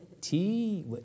tea